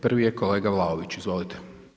Prvi je kolega Vlaović, izvolite.